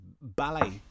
ballet